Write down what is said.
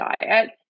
diet